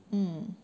mm